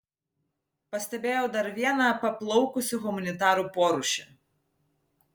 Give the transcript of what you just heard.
pastebėjau dar vieną paplaukusių humanitarų porūšį